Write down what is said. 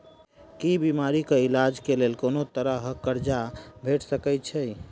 की बीमारी कऽ इलाज कऽ लेल कोनो तरह कऽ कर्जा भेट सकय छई?